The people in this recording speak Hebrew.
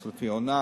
יש לפי עונה.